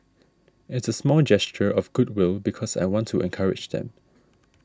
it's a small gesture of goodwill because I want to encourage them